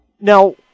Now